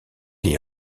est